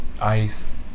ICE